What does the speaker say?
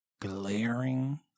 glaring